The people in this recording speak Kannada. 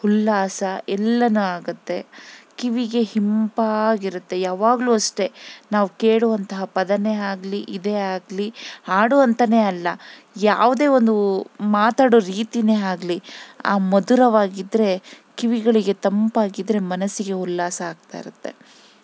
ಉಲ್ಲಾಸ ಎಲ್ಲ ಆಗುತ್ತೆ ಕಿವಿಗೆ ಇಂಪಾಗಿರುತ್ತೆ ಯಾವಾಗಲೂ ಅಷ್ಟೆ ನಾವು ಕೇಳುವಂತಹ ಪದ ಆಗ್ಲಿ ಇದೇ ಆಗ್ಲಿ ಹಾಡು ಅಂತನೇ ಅಲ್ಲ ಯಾವುದೇ ಒಂದು ಮಾತಾಡೋ ರೀತಿನೇ ಆಗ್ಲಿ ಮಧುರವಾಗಿದ್ರೆ ಕಿವಿಗಳಿಗೆ ತಂಪಾಗಿದ್ದರೆ ಮನಸ್ಸಿಗೆ ಉಲ್ಲಾಸ ಆಗ್ತಾ ಇರುತ್ತೆ